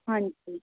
ਹਾਂਜੀ